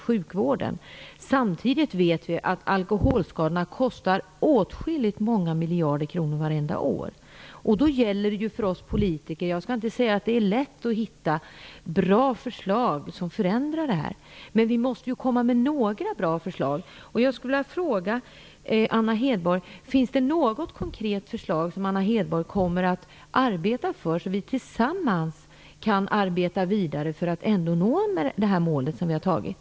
Samtidigt vet vi att alkoholskadorna kostar åtskilliga kronor varje år. Då gäller det ju för oss politiker att hitta bra förslag som förändrar situationen. Jag skall inte säga att det är lätt, men vi måste ju komma med några bra förslag. Jag skulle vilja fråga Anna Hedborg: Finns det något konkret förslag som Anna Hedborg kommer att arbeta för, där vi tillsammans kan arbeta vidare för att ändå nå det uppsatta målet?